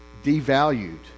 devalued